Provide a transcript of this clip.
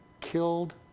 killed